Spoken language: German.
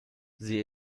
sie